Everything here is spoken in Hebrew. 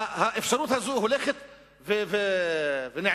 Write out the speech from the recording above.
האפשרות הזאת הולכת ונעלמת.